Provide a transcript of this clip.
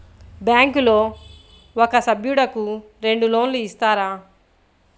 బ్యాంకులో ఒక సభ్యుడకు రెండు లోన్లు ఇస్తారా?